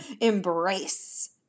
embrace